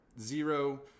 zero